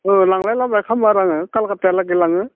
लांनाय लाबोलाय खालामो आरो आङो कलकाटाहालागि लाङो